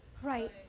Right